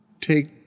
take